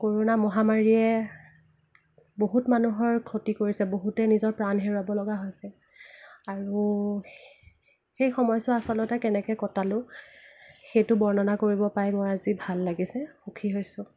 corona মহামাৰীয়ে বহুত মানুহৰ ক্ষতি কৰিছে বহুতে নিজৰ প্ৰাণ হেৰুৱাব লগা হৈছে আৰু সেই সময়ছোৱা আচলতে কেনেকৈ কটালোঁ সেইটো বৰ্ণনা কৰিব পাই মই আজি ভাল লাগিছে সুখী হৈছোঁ